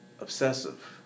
obsessive